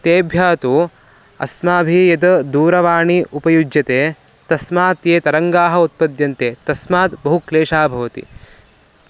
तेभ्यः तु अस्माभिः यद् दूरवाणी उपयुज्यते तस्मात् ये तरङ्गाः उत्पद्यन्ते तस्मात् बहुक्लेशः भवति